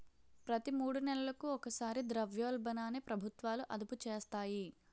ప్రతి మూడు నెలలకు ఒకసారి ద్రవ్యోల్బణాన్ని ప్రభుత్వాలు అదుపు చేస్తాయి